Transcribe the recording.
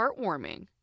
heartwarming